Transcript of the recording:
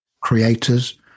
creators